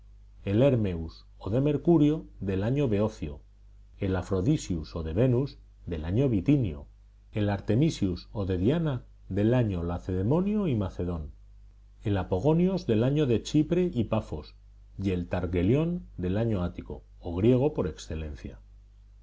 el hermeus o de mercurio del año beocio el aphrodisius o de venus del año bitinio el artemisius o de diana del año lacedemonio y macedón el apogonios del año de chipre y pafos y el thargelión del año ático o griego por excelencia